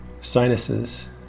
sinuses